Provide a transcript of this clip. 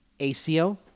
ACO